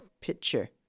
Picture